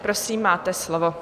Prosím, máte slovo.